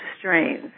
strains